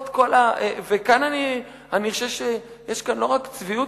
אני חושב שיש כאן לא רק צביעות,